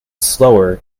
slower